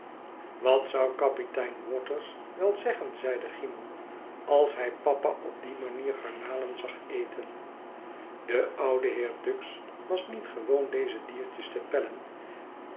wat zou kapitein waters wel zeggen zeide cymon als hij papa op die manier garnalen zag etenl de oude heer tuggs was niet gewoon deze diertjes te pellen